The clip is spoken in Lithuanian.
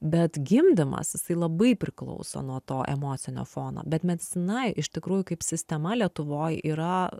bet gimdymas jisai labai priklauso nuo to emocinio fono bet medicina iš tikrųjų kaip sistema lietuvoj yra